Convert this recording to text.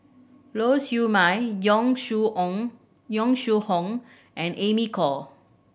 Lau Siew Mei Yong Shu Ong Yong Shu Hoong and Amy Khor